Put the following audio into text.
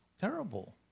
terrible